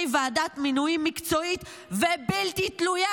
ועדת מינויים מקצועית ובלתי תלויה,